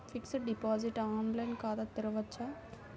Fixed deposit online ఖాతా తెరువవచ్చా?